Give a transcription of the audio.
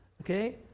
okay